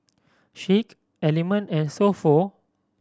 Schick Element and So Pho